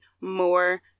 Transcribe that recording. more